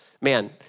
man